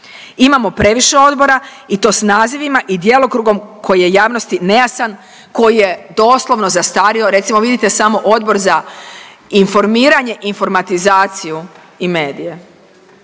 Imamo previše odbora i to s nazivima i djelokrugom koji je javnosti nejasan koji je doslovno zastario. Recimo vidite samo Odbor za informiranje, informatizaciju i medije,